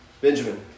Benjamin